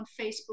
facebook